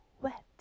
wet